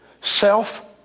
Self